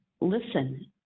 listen